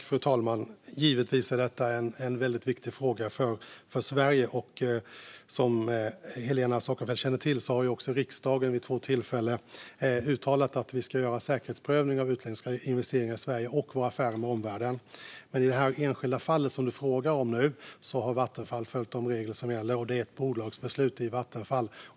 Fru talman! Givetvis är detta en väldigt viktig fråga för Sverige. Som Helena Storckenfeldt känner till har också riksdagen vid två tillfällen uttalat att vi ska göra säkerhetsprövning av utländska investeringar i Sverige och av våra affärer med omvärlden. Men i det här enskilda fallet som du frågar om nu har Vattenfall följt de regler som gäller, och det är ett bolagsbeslut i Vattenfall.